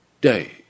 day